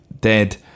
dead